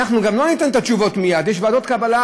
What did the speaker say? אנחנו גם לא ניתן את התשובות מייד, יש ועדות קבלה.